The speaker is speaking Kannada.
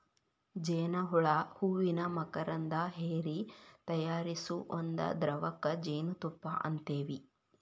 ಜೇನ ಹುಳಾ ಹೂವಿನ ಮಕರಂದಾ ಹೇರಿ ತಯಾರಿಸು ಒಂದ ದ್ರವಕ್ಕ ಜೇನುತುಪ್ಪಾ ಅಂತೆವಿ